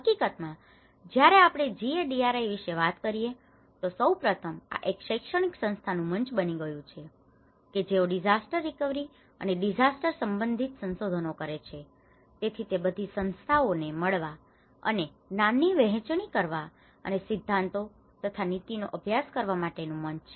હકીકત માં જયારે આપણે જીએડીઆરઆઈ વિશે વાત કરીએ તો સૌપ્રથમ આ એક શૈક્ષણિક સંસ્થા નું મંચ બની ગયું છે કે જેઓ ડિઝાસ્ટર રિકવરી અને ડિઝાસ્ટર સંબંધિત સંશોધનો કરે છે તેથી તે બધી સંસ્થાઓ ને મળવા અને જ્ઞાનની વહેંચણી કરવા અને સિદ્ધાંતો તથા નીતિનો અભ્યાસ કરવા માટેનું મંચ છે